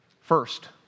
First